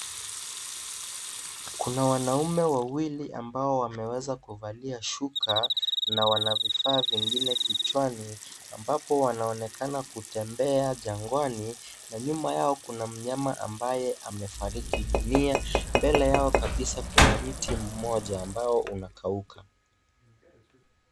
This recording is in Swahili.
Kuna wanaume wawili ambao wameweza kuvalia shuka na Wana vifaa vingine vichwani ambapo wanaonekana kutembea jangwani na nyuma yao kuna mnyama ambaye amefariki. Mbele yao kabisa kuna mti mona ambao unakauka.